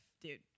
dude